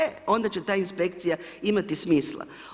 E onda će ta inspekcija imati smisla.